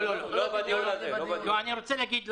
זו לא רק התחלואה שכרגע,